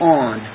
on